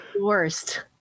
Worst